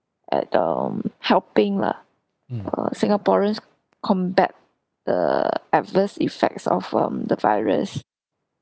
at um helping lah uh singaporeans combat the adverse effects of um the virus